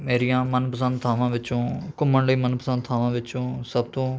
ਮੇਰੀਆਂ ਮਨਪਸੰਦ ਥਾਵਾਂ ਵਿੱਚੋਂ ਘੁੰਮਣ ਲਈ ਮਨਪਸੰਦ ਥਾਵਾਂ ਵਿੱਚੋਂ ਸਭ ਤੋਂ